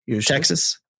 Texas